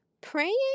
Praying